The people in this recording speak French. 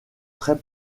très